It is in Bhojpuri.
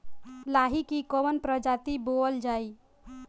लाही की कवन प्रजाति बोअल जाई?